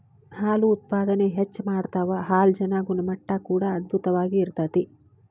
ಹಾಲು ಉತ್ಪಾದನೆ ಹೆಚ್ಚ ಮಾಡತಾವ ಹಾಲಜನ ಗುಣಮಟ್ಟಾ ಕೂಡಾ ಅಧ್ಬುತವಾಗಿ ಇರತತಿ